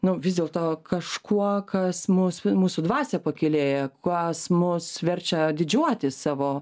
nu vis dėlto kažkuo kas mus mūsų dvasią pakylėja kas mus verčia didžiuotis savo